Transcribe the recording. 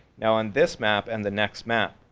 now on this map and the next map